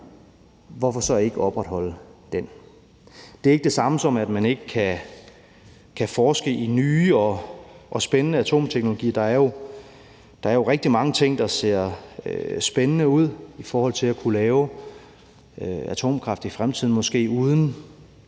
hvorfor så ikke opretholde den? Det er ikke det samme, som at man ikke kan forske i nye og spændende atomteknologier. Der er jo rigtig mange ting, der ser spændende ud i forhold til at kunne lave atomkraft i fremtiden, måske uden